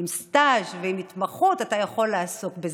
עם סטאז' ועם התמחות, אתה יכול לעסוק בזה.